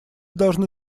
должны